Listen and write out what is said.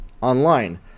online